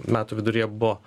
metų viduryje buvo